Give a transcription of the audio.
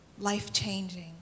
life-changing